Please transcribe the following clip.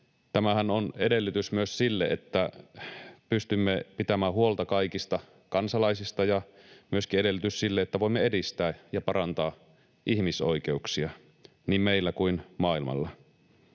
Tämähän on edellytys myös sille, että pystymme pitämään huolta kaikista kansalaisista, ja myöskin edellytys sille, että voimme edistää ja parantaa ihmisoikeuksia niin meillä kuin maailmalla.